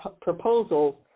proposals